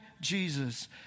Jesus